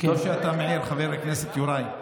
טוב שאתה מעיר, חבר הכנסת יוראי.